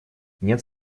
нет